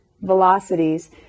velocities